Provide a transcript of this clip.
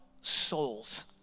souls